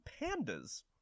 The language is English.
pandas